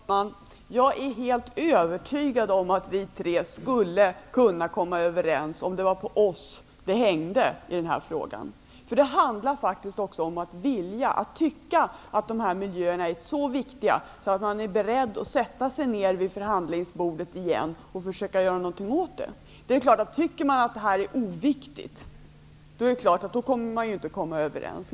Herr talman! Jag är helt övertygad om att vi tre skulle kunna komma överens om det var på oss det hängde i denna fråga. Det handlar också om att vilja och att tycka att dessa miljöer är så viktiga att man är beredd att på nytt sätta sig ner vid förhandlingsbordet och försöka att göra någonting åt det. Anser man att detta är oviktigt kan man givetvis inte komma överens.